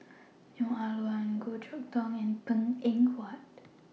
Neo Ah Luan Goh Chok Tong and Png Eng Huat